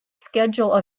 schedule